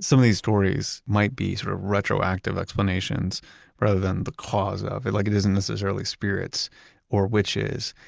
some of these stories might be sort of retroactive explanations rather than the cause of it, like it isn't necessarily spirits or witches.